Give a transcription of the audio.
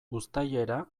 uztailera